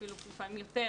אפילו לפעמים יותר,